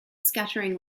scattering